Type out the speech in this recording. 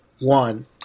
one